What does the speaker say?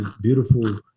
beautiful